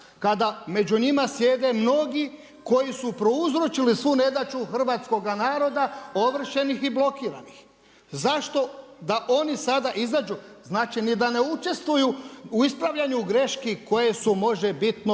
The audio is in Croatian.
kada među njima sjede mnogi koji su prouzročili svu nedaću hrvatskoga naroda ovršenih i blokiranih. Zašto da oni sada izađu? Znači, ni da ne učestvuju u ispravljanju greški koje su možebitno